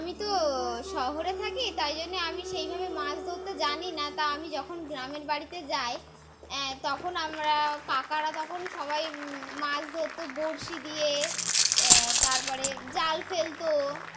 আমি তো শহরে থাকি তাই জন্যে আমি সেইভাবে মাছ ধরতে জানি না তা আমি যখন গ্রামের বাড়িতে যাই তখন আমরা কাকারা যখন সবাই মাছ ধরতো বড়শি দিয়ে তারপরে জাল ফেলতো